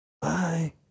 Bye